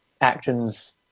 actions